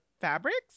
fabrics